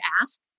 ask